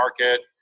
market